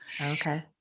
okay